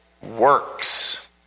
works